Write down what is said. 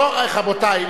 לא, רבותי.